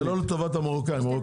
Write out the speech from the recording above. זה לא טוב למרוקאים (בצחוק).